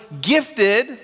gifted